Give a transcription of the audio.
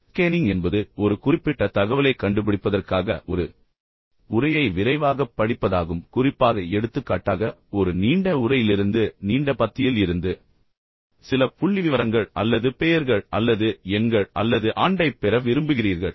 scanning என்பது ஒரு குறிப்பிட்ட தகவலைக் கண்டுபிடிப்பதற்காக ஒரு உரையை விரைவாகப் படிப்பதாகும் குறிப்பாக எடுத்துக்காட்டாக ஒரு நீண்ட உரையிலிருந்து நீண்ட பத்தியில் இருந்து சில புள்ளிவிவரங்கள் அல்லது பெயர்கள் அல்லது எண்கள் அல்லது ஆண்டைப் பெற விரும்புகிறீர்கள்